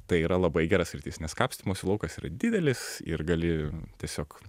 tai yra labai gera sritis nes kapstymosi laukas yra didelis ir gali tiesiog